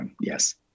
Yes